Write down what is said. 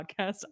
podcast